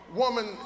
woman